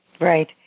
right